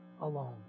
alone